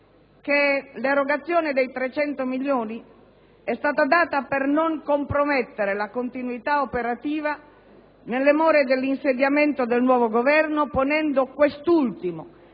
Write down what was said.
che l'erogazione di 300 milioni di euro è stata data «per non comprometterne la continuità operativa nelle more dell'insediamento del nuovo Governo» ponendo quest'ultimo